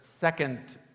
second